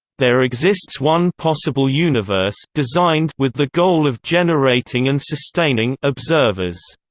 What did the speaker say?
there exists one possible universe designed with the goal of generating and sustaining observers.